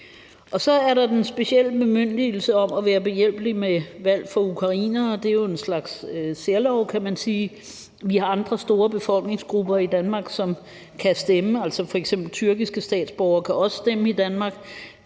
på. Så er der den specielle bemyndigelse til at være behjælpelig med valg for ukrainere. Det er jo en slags særlov, kan man sige. Vi har andre store befolkningsgrupper i Danmark, som kan stemme; f.eks. kan tyrkiske statsborgere også stemme i Danmark.